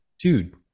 dude